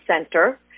center